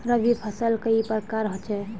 रवि फसल कई प्रकार होचे?